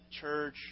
church